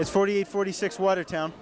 it's forty forty six watertown